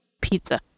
pizza